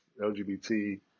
LGBT